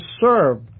serve